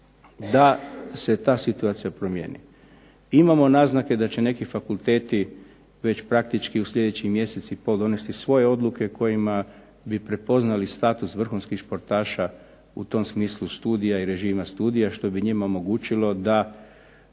da se ta situacija promjeni. Imamo naznake da će neki fakulteti već praktički u sljedeći mjesec i pol donijeti svoje odluke kojima bi prepoznali status vrhunskih sportaša u tom smislu studija i režima studija, što bi njima omogućilo da